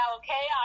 okay